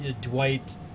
Dwight